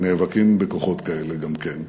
ונאבקים בכוחות כאלה גם כן.